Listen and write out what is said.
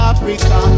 Africa